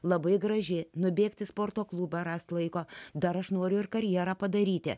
labai graži nubėgti į sporto klubą rasti laiko dar aš noriu ir karjerą padaryti